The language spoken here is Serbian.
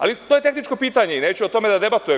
Ali to je tehničko pitanje i neću o tome da debatujem.